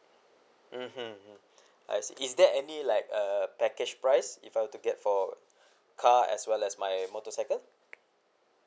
mmhmm I see is there any like uh package price if I were to get for car as well as my motorcycle